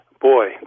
Boy